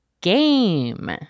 GAME